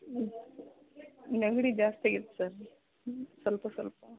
ಹ್ಞೂ ನೆಗಡಿ ಜಾಸ್ತಿ ಆಗಿತ್ತು ಸರ್ ಸ್ವಲ್ಪ ಸ್ವಲ್ಪ